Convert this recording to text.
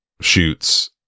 shoots